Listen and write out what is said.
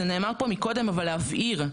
זה נאמר פה מקודם אבל להבהיר,